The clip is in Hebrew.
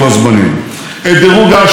את היצוא לשיא של כל הזמנים,